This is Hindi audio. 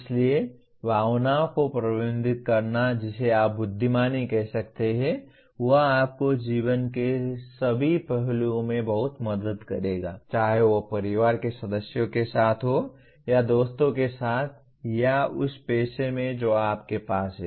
इसलिए भावनाओं को प्रबंधित करना जिसे आप बुद्धिमानी कह सकते हैं वह आपको जीवन के सभी पहलुओं में बहुत मदद करेगा चाहे वह परिवार के सदस्यों के साथ हो या दोस्तों के साथ या उस पेशे में जो आपके पास है